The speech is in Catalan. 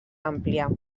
àmplia